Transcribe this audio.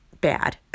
bad